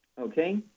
Okay